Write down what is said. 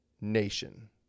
nation